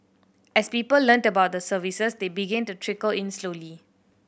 as people learnt about the services they began to trickle in slowly